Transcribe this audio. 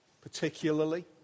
particularly